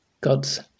God's